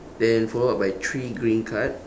then follow up by three green card